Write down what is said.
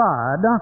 God